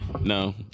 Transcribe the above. No